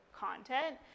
content